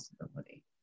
possibility